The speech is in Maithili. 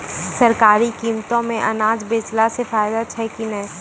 सरकारी कीमतों मे अनाज बेचला से फायदा छै कि नैय?